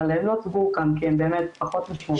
אבל הן לא הוצגו כאן כי הן באמת פחות משמעותיות.